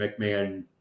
McMahon